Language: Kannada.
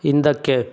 ಹಿಂದಕ್ಕೆ